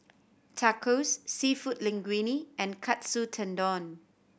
Tacos Seafood Linguine and Katsu Tendon